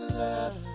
love